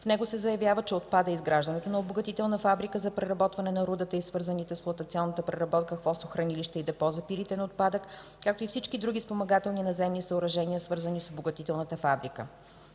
В него се заявява, че отпада изграждането на обогатителна фабрика за преработване на рудата и свързаните с флотационната преработка хвостохранилище и депо за пиритен отпадък, както и всички други спомагателни наземни съоръжения, свързани с обогатителната фабрика.